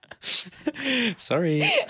sorry